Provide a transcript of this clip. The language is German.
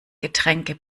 getränke